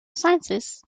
sciences